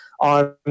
on